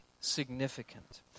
significant